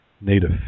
native